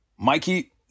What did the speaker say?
Mikey